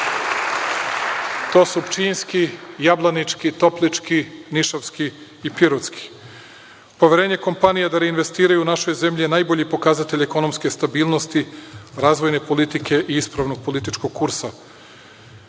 To su Pčinjski, Jablanički, Toplički, Nišavski i Pirotski. Poverenje kompanija da investiraju u našoj zemlji je najbolji pokazatelj ekonomske stabilnosti, razvojne politike i ispravnog političkog kursa